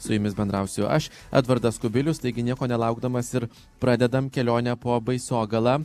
su jumis bendrausiu aš edvardas kubilius taigi nieko nelaukdamas ir pradedam kelionę po baisogalą